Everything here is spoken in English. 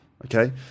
Okay